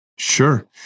Sure